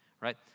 right